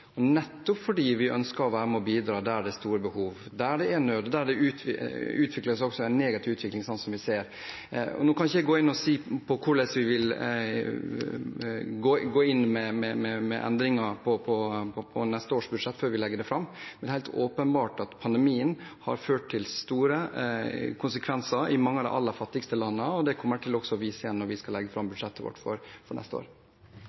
nettopp fordi vi ønsker å være med og bidra der det er store behov, der det er nød, og der det er en negativ utvikling, som vi ser. Nå kan ikke jeg si hvordan vi vil gå inn med endringer i neste års budsjett før vi legger det fram, men det er helt åpenbart at pandemien har ført til store konsekvenser i mange av de aller fattigste landene, og det kommer også vi til å se når vi skal legge fram budsjettet vårt for neste år.